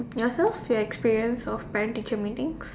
yourself your experience of parent teacher meetings